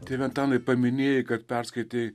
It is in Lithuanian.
tėve antanai paminėjai kad perskaitei